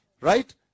Right